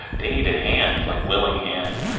they need a hands like willing hands.